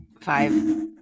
five